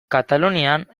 katalunian